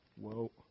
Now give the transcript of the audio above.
Whoa